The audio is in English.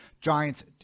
Giants